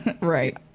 Right